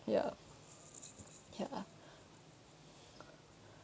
ya ya